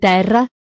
Terra